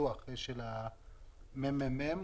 אני מתכוון לדוח של מרכז המחקר.